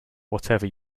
whatever